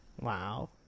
Wow